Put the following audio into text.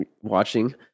watching